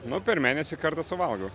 nu per mėnesį kartą suvalgau